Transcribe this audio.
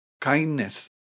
Kindness